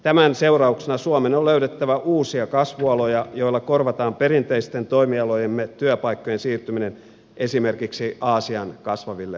tämän seurauksena suomen on löydettävä uusia kasvualoja joilla korvataan perinteisten toimialojemme työpaikkojen siirtyminen esimerkiksi aasian kasvaville markkinoille